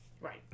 right